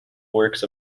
works